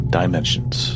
dimensions